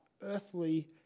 earthly